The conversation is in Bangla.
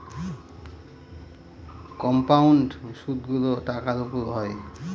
কম্পাউন্ড সুদগুলো টাকার উপর হয়